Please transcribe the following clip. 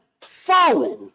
fallen